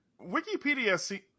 Wikipedia